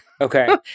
Okay